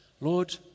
Lord